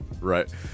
Right